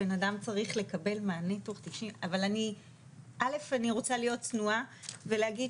הבן אדם צריך לקבל מענה תוך 90. אני רוצה להיות צנועה ולהגיד